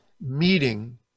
meeting